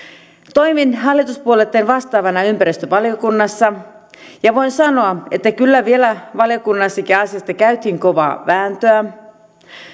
toimin hallituspuolueitten vastaavana ympäristövaliokunnassa ja voin sanoa että kyllä vielä valiokunnassakin asiasta käytiin kovaa vääntöä